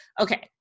Okay